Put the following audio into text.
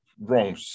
wrong